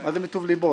מה זה "מטוב לבו"?